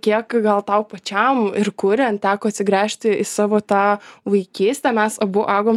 kiek gal tau pačiam ir kuriant teko atsigręžti į savo tą vaikystę mes abu augom